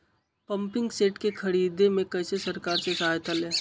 Pumping set के ख़रीदे मे कैसे सरकार से सहायता ले?